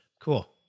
Cool